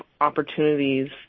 opportunities